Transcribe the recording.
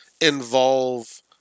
involve